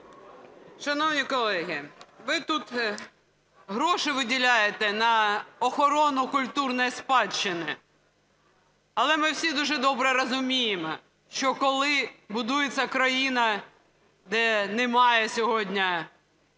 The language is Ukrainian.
Шановні колеги, ви тут гроші виділяєте на охорону культурної спадщини, але ми всі дуже добре розуміємо, що коли будується країна, де немає сьогодні